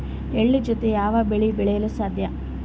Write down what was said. ಎಳ್ಳು ಜೂತೆ ಯಾವ ಬೆಳೆ ಬೆಳೆಯಲು ಸಾಧ್ಯ?